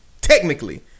technically